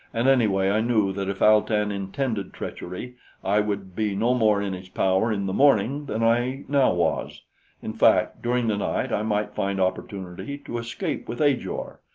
and anyway i knew that if al-tan intended treachery i would be no more in his power in the morning than i now was in fact, during the night i might find opportunity to escape with ajor,